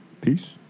Peace